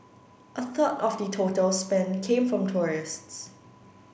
a third of the total spend came from tourists